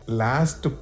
last